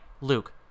Luke